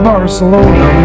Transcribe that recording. Barcelona